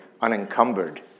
unencumbered